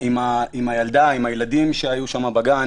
עם הילדה, עם הילדים שהיו שם בגן